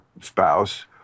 spouse